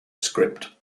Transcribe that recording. script